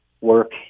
work